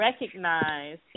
recognize